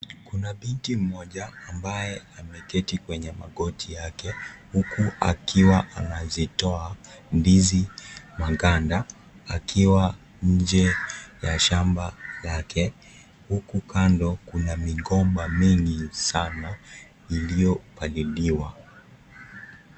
Kuna binti mmoja ambaye ameketi kwenye magoti yake huku akiwa anazitoa ndizi maganda akiwa nje ya shamba yake huku kando kuna migomba mingi sana iliyopaliliwa.